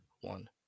One